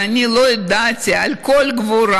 ואני לא ידעתי על כל הגבורה,